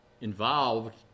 involved